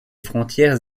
frontières